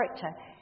character